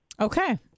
Okay